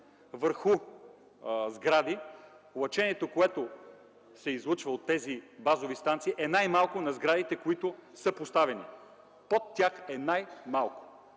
върху сгради – лъчението, което се излъчва от тези базови станции, е най-малко над сградите, на които са поставени. Под тях е най-малко.